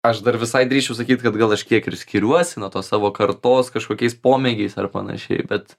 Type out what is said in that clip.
aš dar visai drįsčiau sakyt kad gal kažkiek ir skiriuosi nuo tos savo kartos kažkokiais pomėgiais ar panašiai bet